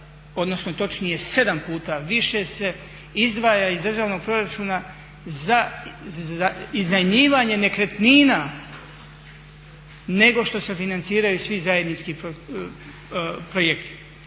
odnosno točnije 7 puta više se izdvaja iz državnog proračuna za iznajmljivanje nekretnina nego što se financiraju svi zajednički projekti.